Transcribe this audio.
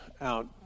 out